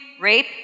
rape